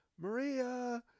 Maria